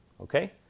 Okay